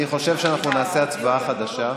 אני חושב שנעשה הצבעה חדשה,